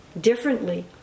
differently